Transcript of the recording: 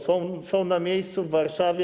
Są na miejscu, w Warszawie.